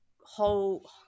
whole